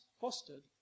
fostered